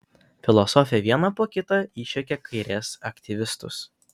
filosofė vieną po kito išjuokė kairės aktyvistus